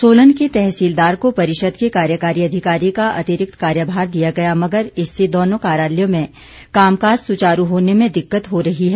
सोलन के तहसीलदार को परिषद के कार्यकारी अधिकारी का अतिरिक्त कार्यभार दिया गया मगर इससे दोनों कार्यालयों में कामकाज सुचारू होने में दिक्कत हो रही है